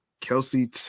Kelsey